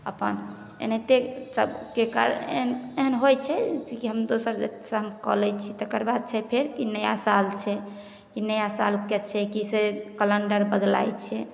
अपन एनाहिते सबके कारण एहन एहन होइ छै किएकी हम दोसर व्यक्ति सऽ हम कऽ लै छी तकर बाद से फेर ई नया साल छै नया सालके की छै कलेण्डर बदलाइ छै